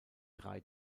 drei